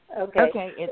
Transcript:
Okay